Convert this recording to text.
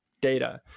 data